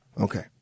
Okay